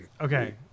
okay